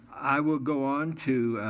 i will go on to,